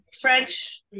French